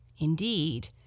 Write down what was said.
Indeed